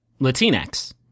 latinx